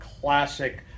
classic